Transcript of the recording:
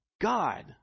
God